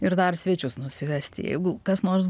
ir dar svečius nusivesti jeigu kas nors